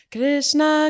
Krishna